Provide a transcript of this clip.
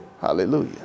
Hallelujah